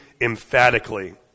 emphatically